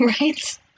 Right